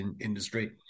industry